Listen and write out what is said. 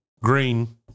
Green